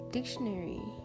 Dictionary